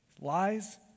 lies